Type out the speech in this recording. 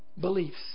Beliefs